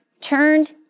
turned